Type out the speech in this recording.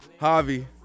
Javi